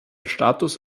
status